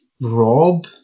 Rob